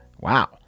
Wow